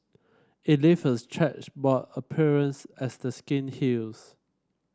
it leaves a chequerboard appearance as the skin heals